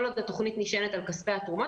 כל עוד התוכנית נשענת על כספי התרומות